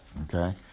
okay